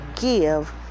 give